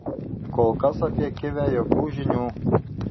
kol kas apie kivę jokių žinių